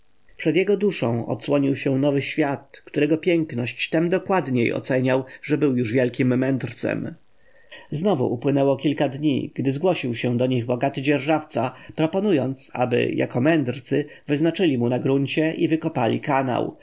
przed jego duszą odsłonił się nowy świat którego piękność tem dokładniej oceniał że już był wielkim mędrcem znowu upłynęło kilka dni gdy zgłosił się do nich bogaty dzierżawca proponując aby jako mędrcy wyznaczyli mu na gruncie i wykopali kanał